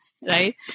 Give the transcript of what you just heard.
right